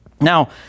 Now